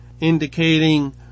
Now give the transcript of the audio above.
indicating